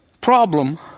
problem